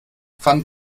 pfand